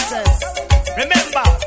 Remember